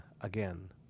again